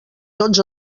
tots